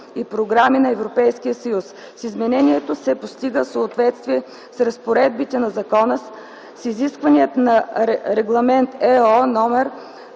и програми на европейския съюз”. С изменението се постига съответствие на разпоредбите на закона с изискванията на Регламент (EO)